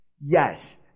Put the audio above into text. Yes